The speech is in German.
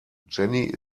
jenny